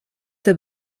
der